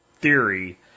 theory